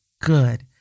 good